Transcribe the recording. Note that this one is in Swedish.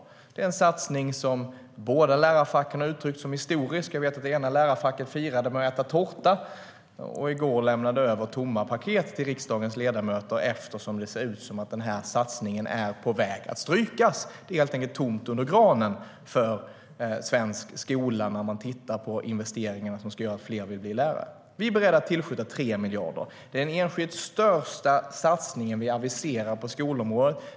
Detta är en satsning som båda lärarfacken har uttryckt som historisk. Jag vet att det ena lärarfacket firade med att äta tårta och i går lämnade över tomma paket till riksdagens ledamöter, eftersom det ser ut som om denna satsning är på väg att strykas. Det är helt enkelt tomt under granen för svensk skola när man tittar på investeringar som ska göra att fler vill bli lärare. Vi är beredda att tillskjuta 3 miljarder. Det är den enskilt största satsningen som vi aviserar på skolområdet.